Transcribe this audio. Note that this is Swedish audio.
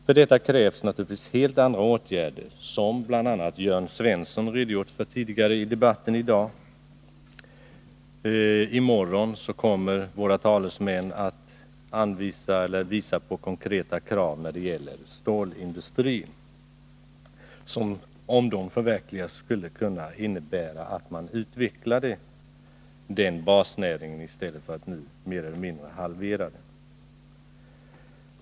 För detta krävs naturligtvis helt andra åtgärder, som bl.a. Jörn Svensson redogjort för tidigare i debatten i dag. I morgon kommer våra talesmän att visa på konkreta krav när det gäller stålindustrin som, om de förverkligas, skulle kunna innebära att man utvecklar den basnäringen i stället för att som nu mer eller mindre halvera den.